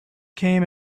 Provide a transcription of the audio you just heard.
came